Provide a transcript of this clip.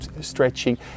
stretching